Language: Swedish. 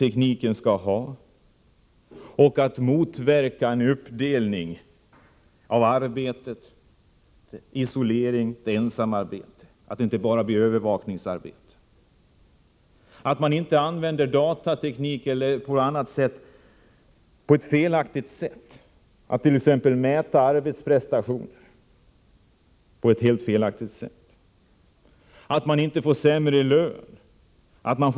Man måste också motverka en uppdelning av arbetet och undvika isolering och ensamarbete. Det får inte bli bara övervakningsarbete. Datatekniken får inte användas på ett felaktigt sätt, t.ex. för att mäta arbetsprestationer. Införandet av ny teknik får inte medföra sämre lön.